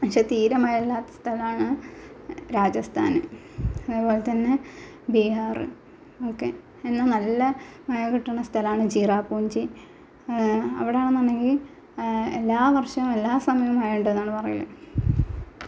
പക്ഷെ തീരെ മഴയില്ലാത്ത സ്ഥലമാണ് രാജസ്ഥാൻ അതുപോലെ തന്നെ ബീഹാർ ഒക്കെ എന്നാൽ നല്ല മഴ കിട്ടുന്ന സ്ഥലമാണ് ചിറാപുഞ്ചി അവിടെ ആണെന്നുണ്ടങ്കിൽ എല്ലാ വർഷവും എല്ലാ സമയവും മഴയുണ്ട് എന്നാണ് പറയുന്നത്